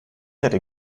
hätte